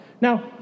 Now